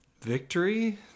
victory